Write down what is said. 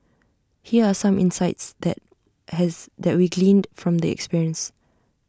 here are some insights that has that we gleaned from the experience